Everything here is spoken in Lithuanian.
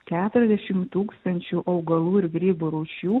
keturiasdešim tūkstančių augalų ir grybų rūšių